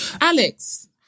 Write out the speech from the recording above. Alex